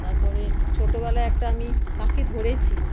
তারপরে ছোটোবেলায় একটা আমি পাখি ধরেছি